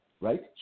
right